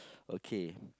okay